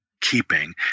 keeping